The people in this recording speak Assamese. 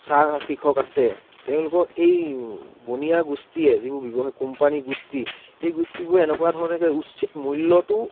চাহ কৃষক আছে তেওঁলোকৰ এই বনীয়া গোষ্ঠীয়ে যিবোৰ ব্যৱসায়ী কোম্পানী গোষ্ঠী সেই গোষ্ঠীবোৰ এনেকুৱা ধৰণেকে উচিত মূল্যটো